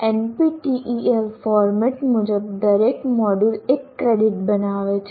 NPTEL format મુજબ દરેક મોડ્યુલએક ક્રેડિટ બનાવે છે